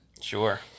Sure